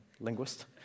linguist